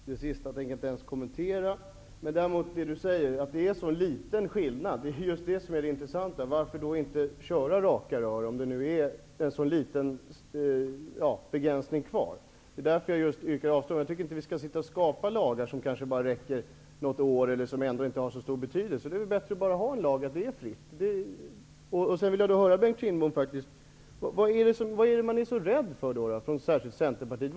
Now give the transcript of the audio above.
Fru talman! Det senaste tänker jag inte ens kommentera, däremot vad Bengt Kindbom säger om att det är så liten skillnad. Det är just det som är det intressanta. Varför då inte köra raka rör, om det är så liten begränsning kvar? Det är därför jag yrkar avslag. Jag tycker inte att vi skall skapa lagar som räcker bara något år eller som inte har så stor betydelse. Det är bättre att ha en lag som säger att det är fritt. Sedan vill jag höra Bengt Kindbom förklara vad det är man är så rädd för, särskilt i Centerpartiet.